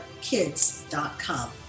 kids.com